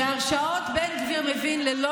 בהרשעות בן גביר מבין.